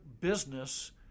business